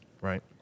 Right